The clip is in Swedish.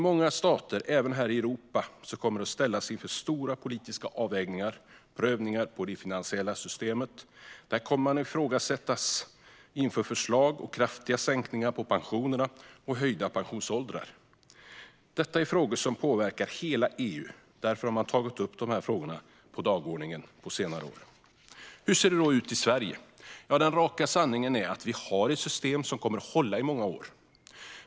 Många stater, även här i Europa, kommer att ställas inför stora politiska avvägningar och prövningar när det gäller det finansiella systemet. Man kommer att ifrågasättas inför förslag om kraftiga sänkningar av pensionerna och höjda pensionsåldrar. Detta är frågor som påverkar hela EU. Därför har man under senare år tagit upp dessa frågor på dagordningen. Hur ser det då ut i Sverige? Ja, den raka sanningen är att vi har ett system som kommer att hålla i många år.